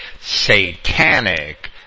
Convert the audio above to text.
satanic